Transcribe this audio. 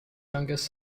youngest